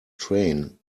train